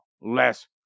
less